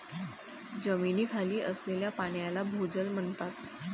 जमिनीखाली असलेल्या पाण्याला भोजल म्हणतात